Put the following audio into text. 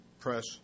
press